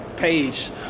Page